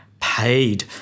paid